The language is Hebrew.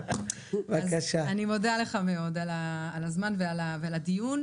אז אני מודה לך מאוד על הזמן ועל הדיון.